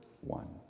one